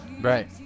Right